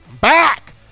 Back